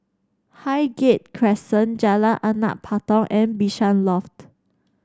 Highgate Crescent Jalan Anak Patong and Bishan Loft